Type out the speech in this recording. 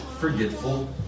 forgetful